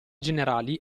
generali